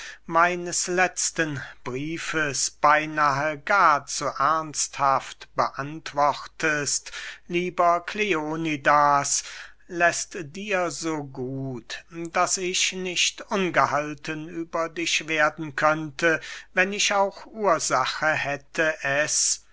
meines letzten briefes beynahe gar zu ernsthaft beantwortest lieber kleonidas läßt dir so gut daß ich nicht ungehalten über dich werden könnte wenn ich auch ursache hätte es